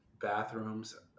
bathrooms